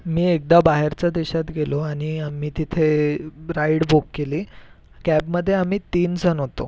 मी एकदा बाहेरच्या देशात गेलो आणि आम्ही तिथे राईड बुक केली कॅब मध्ये आम्ही तीन जण होतो